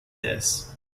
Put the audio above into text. this